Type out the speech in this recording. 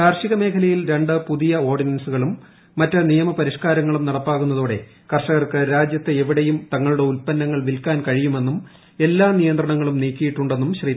കാർഷികമേഖലയിൽ രണ്ട് പുതിയ ഓർഡിനൻസുകളും മറ്റ് നിയമ പരിഷ്ക്കാരങ്ങളും നടപ്പാകുന്നതോടെ കർഷകർക്ക് രാജ്യത്ത് എവിടെയും തങ്ങളുടെ ഉൽപ്പന്നങ്ങൾ വിൽക്കാൻ കഴിയുമെന്നും എല്ലാ നിയന്ത്രണങ്ങളും നീക്കിയിട്ടുണ്ടെന്നും ശ്രീ